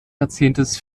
jahrzehnts